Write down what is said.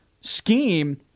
scheme